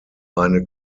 eine